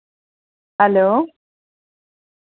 hello